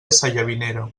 sallavinera